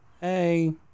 Hey